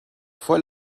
voll